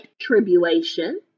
Tribulation